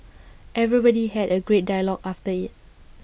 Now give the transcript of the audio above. everybody had A great dialogue after IT